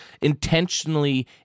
intentionally